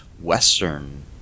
Western